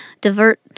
divert